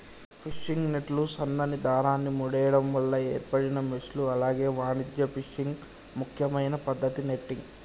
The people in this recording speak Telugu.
ఫిషింగ్ నెట్లు సన్నని దారాన్ని ముడేయడం వల్ల ఏర్పడిన మెష్లు అలాగే వాణిజ్య ఫిషింగ్ ముఖ్యమైన పద్దతి నెట్టింగ్